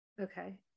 Okay